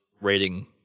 rating